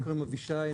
התשפ"ג-2023.